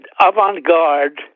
avant-garde